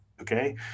Okay